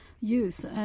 use